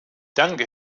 danke